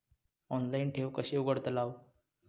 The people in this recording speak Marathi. ऑनलाइन ठेव कशी उघडतलाव?